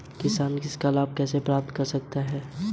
ब्याज सबवेंशन क्या है और किसान इसका लाभ कैसे प्राप्त कर सकता है?